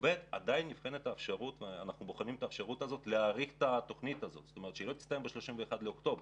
עדיין יש האפשרות להאריך תוכנית זו ושהיא לא תסתיים ב-31 באוקטובר,